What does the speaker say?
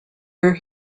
where